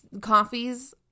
Coffees